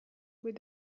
with